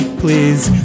please